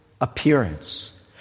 appearance